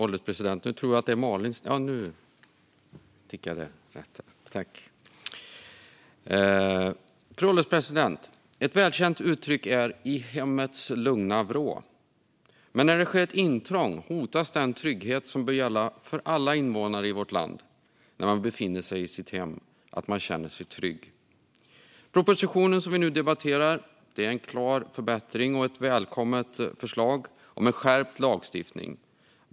Fru ålderspresident! Ett välkänt uttryck är "i hemmets lugna vrå". Men när det sker ett intrång hotas den trygghet som bör gälla för alla invånare i vårt land när man befinner sig i sitt hem där man ska känna sig trygg. Den proposition som vi nu debatterar innebär en klar förbättring och ett välkommet förslag om en skärpt lagstiftning.